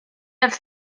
have